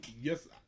yes